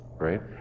right